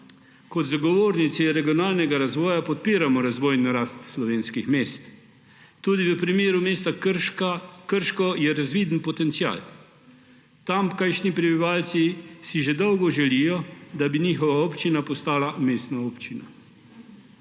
kot zagovorniki regionalnega razvoja podpiramo razvojno rast slovenskih mest, tudi v primeru mesta Krško je razviden potencial. Tamkajšnji prebivalci si že dolgo želijo, da bi njihova občina postala mestna občina.